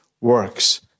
works